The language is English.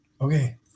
Okay